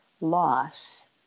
loss